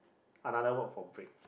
another work from break